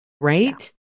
Right